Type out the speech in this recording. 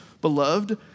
beloved